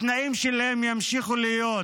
התנאים שלהם ימשיכו להיות